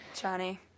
Johnny